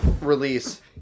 release